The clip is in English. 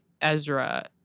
Ezra